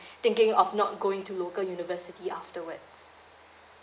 thinking of not going to local university afterwards